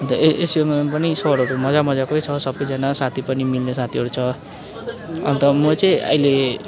अन्त एस एसयुएमआईमा पनि सरहरू मज्जा मज्जाकै छ सबैजना साथी पनि मिल्ने साथीहरू छ अन्त म चाहिँ अहिले